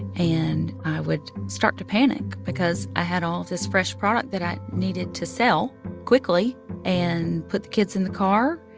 and i would start to panic because i had all this fresh product that i needed to sell quickly and put the kids in the car.